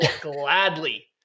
gladly